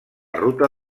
ruta